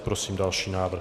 Prosím další návrh.